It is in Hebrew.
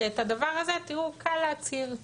שאת הדבר הזה, קל להצהיר,